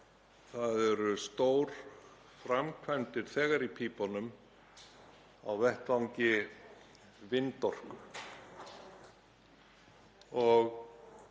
Það eru stórframkvæmdir þegar í pípunum á vettvangi vindorku.